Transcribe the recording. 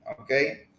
Okay